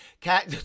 Cat